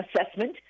assessment